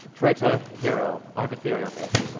traitor, hero? i have a theory on this, but